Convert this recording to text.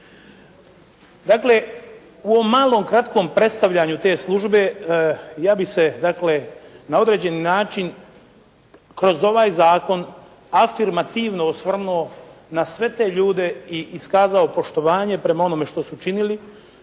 Dakle, u ovom malom, kratkom prestavljanju te službe ja bih se dakle na određeni način kroz ovaj zakon afirmativno osvrnuo na sve te ljude i iskazao poštovanje prema onome što su učinili